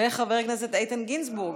חבר הכנסת איתן גינזבורג,